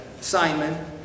Simon